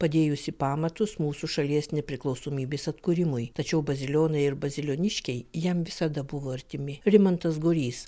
padėjusį pamatus mūsų šalies nepriklausomybės atkūrimui tačiau bazilionai ir bazilioniškiai jam visada buvo artimi rimantas gorys